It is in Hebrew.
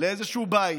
לאיזשהו בית,